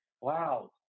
Wow